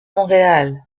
montréal